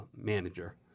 manager